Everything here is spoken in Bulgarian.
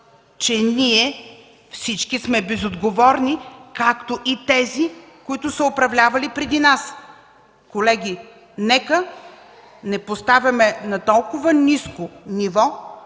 че всички ние сме безотговорни, както и тези, управлявали преди нас. Колеги, нека не поставяме на толкова ниско ниво